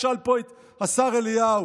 תשאל פה את השר אליהו.